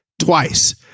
twice